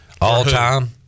All-time